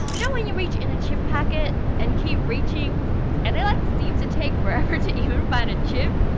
know when you reach in a chip packet and keep reaching and they like seem to take forever to even find a chip.